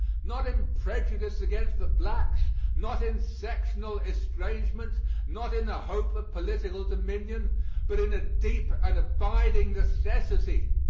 not in prejudice against the blacks not in sectional estrangement not in the hope of political dominion but in a deep and abiding necessity.